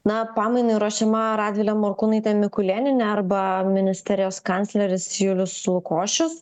na pamainai ruošiama radvilė morkūnaitė mikulėnienė arba ministerijos kancleris julius lukošius